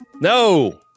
No